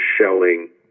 shelling